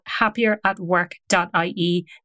happieratwork.ie